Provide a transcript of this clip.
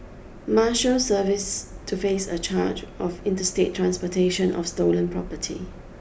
Marshals Service to face a charge of interstate transportation of stolen property